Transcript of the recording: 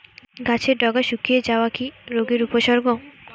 গাছের ডগা শুকিয়ে যাওয়া কি রোগের উপসর্গ?